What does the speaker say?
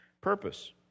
purpose